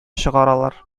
чыгаралар